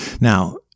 now